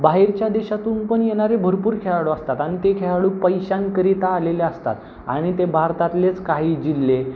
बाहेरच्या देशातून पण येणारे भरपूर खेळाडू असतात आणि ते खेळाडू पैशांकरिता आलेले असतात आणि ते भारतातलेच काही जिल्हे